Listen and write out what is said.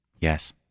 Yes